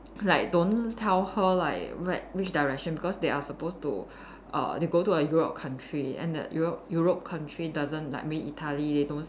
like don't tell her like where which direction because they are supposed to err they go to a Europe country and the Europe Europe country doesn't like mean Italy they don't